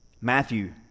Matthew